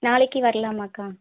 நாளைக்கு வர்லாமா அக்கா